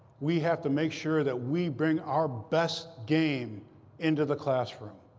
we have to make sure that we bring our best game into the classroom.